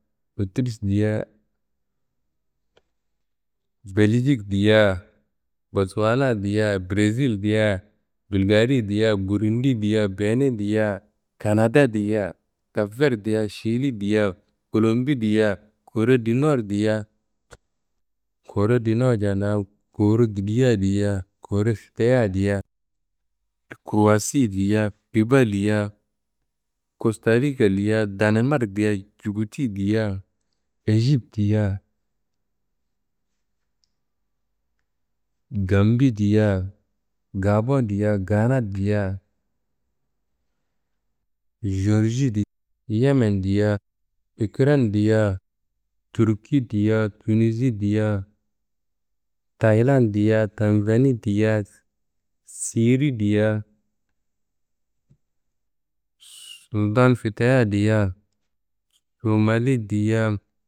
Otriš diyea, Beljik diyea, Boswala diyea, Brezil diyea, Bilgari diyea, Burundi diyea, Bene diyea, Kanada diyea, Kap ver diyea, šili diyea, Kolombi diyea, Koreye di nor diyea, Koreye di nor nja da Koreye kidia diyea, Koreye fiteya diyea, Kruwasi diyeea, Kiba diya, Kostarika diyea, Danemark diyea, Jibuti diyea, Ejip diyea, Gambi diyea, Gabon diyea, Gaana diyea, Jeworji diyea, Yemen diyea, Ikren diyea, Turki diyea, Tunisi diyea, Tayilan diyea, Tanzani diyea, Siyiri diyea, Sudan fiteya diyea, Somali diyea.